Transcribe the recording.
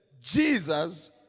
Jesus